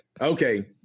Okay